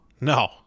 No